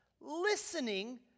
listening